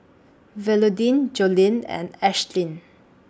Willodean Joellen and Ashtyn